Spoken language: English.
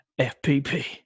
FPP